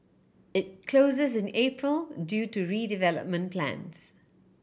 it closes in April due to redevelopment plans